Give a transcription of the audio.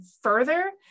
further